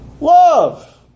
love